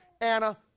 Anna